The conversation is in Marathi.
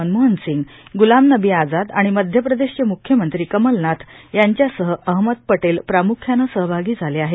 मनमोहन सिंग गुलाम नबी आझाद आणि मध्यप्रदशेचे मुख्यमंत्री कमलनाथ यांच्यासह अहमद पटेल प्रामुख्यानं सहभागी झाले आहेत